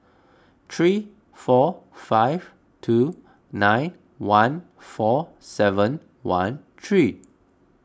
three four five two nine one four seven one three